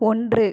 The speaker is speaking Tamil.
ஒன்று